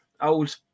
old